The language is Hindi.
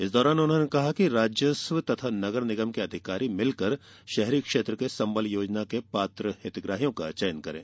इस दौरान उन्होंने कहा कि राजस्व तथा नगर निगम के अधिकारी मिलकर शहरी क्षेत्र के संबल योजना के पात्र हितग्राहियों का चयन करें